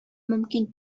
мөмкин